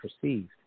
perceived